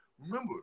remember